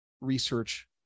research